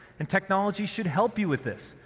and technology should help you with this,